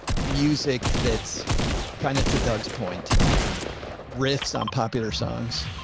music. that's kind of to doug's point riffs on popular songs,